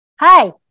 Hi